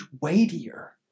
weightier